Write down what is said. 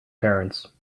parents